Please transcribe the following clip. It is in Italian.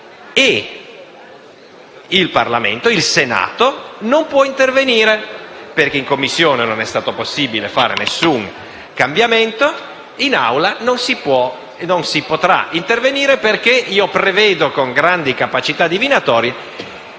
(*Segue* MALAN). Il Senato non può intervenire perché in Commissione non è stato possibile fare alcun cambiamento; in Aula non si potrà intervenire perché io prevedo, con grandi capacità divinatorie,